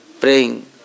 praying